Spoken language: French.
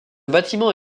bâtiment